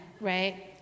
right